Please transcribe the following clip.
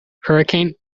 hurricane